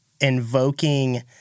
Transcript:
Invoking